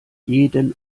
jeden